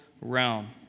realm